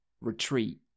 retreat